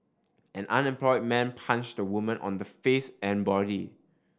an unemployed man punched a woman on the face and body